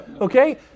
Okay